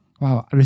Wow